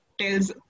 tells